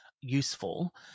useful